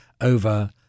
over